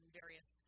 various